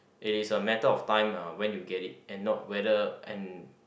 it is a matter of time uh when you get it and no whether and